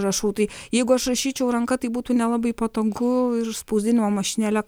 rašau tai jeigu aš rašyčiau ranka tai būtų nelabai patogu ir spausdinimo mašinėle